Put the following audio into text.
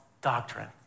doctrine